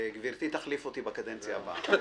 גברתי תחליף אותי בקדנציה הבאה.